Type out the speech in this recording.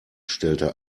stellte